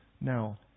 Now